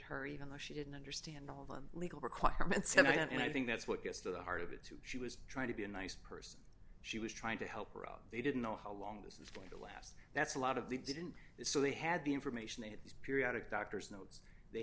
her even though she didn't understand all the legal requirements and i think that's what gets to the heart of it too she was trying to be a nice person she was trying to help her out they didn't know how long this is last that's a lot of the didn't they so they had the information they had these periodic doctors notes they